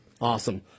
Awesome